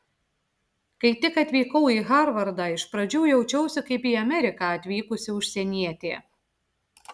kai tik atvykau į harvardą iš pradžių jaučiausi kaip į ameriką atvykusi užsienietė